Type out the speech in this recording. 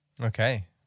Okay